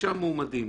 שישה מועמדים,